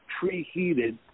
preheated